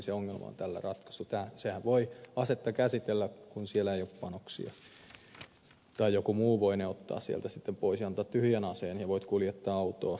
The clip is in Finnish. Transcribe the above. se ongelma on tällä ratkaistu hänhän voi asetta käsitellä kun siinä ei ole panoksia tai joku muu voi ottaa panokset aseesta pois ja antaa tyhjän aseen jonka hän voi kuljettaa autoon